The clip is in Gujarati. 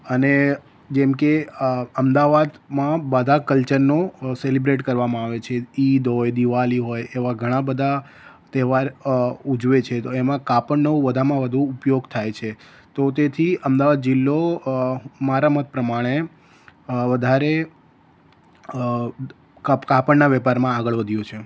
અને જેમકે અમદાવાદમાં બધા કલ્ચરનું સેલિબ્રેટ કરવામાં આવે છે ઈદ હોય દિવાળી હોય એવા ઘણા બધા તહેવાર ઉજવે છે તો એમાં કાપડનો વધુમાં વધુ ઉપયોગ થાય છે તો તેથી અમદાવાદ જિલ્લો મારા મત પ્રમાણે વધારે કાપડના વેપારમાં આગળ વધ્યો છે